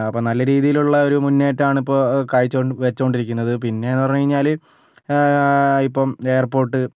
അപ്പോൾ നല്ല രീതിയിലുള്ള ഒരു മുന്നേറ്റമാണിപ്പോൾ കാഴ്ച വെച്ചുകൊണ്ടിരിക്കുന്നത് പിന്നേ എന്ന് പറഞ്ഞ് കഴിഞ്ഞാൽ ഇപ്പോൾ എയർപോർട്ട്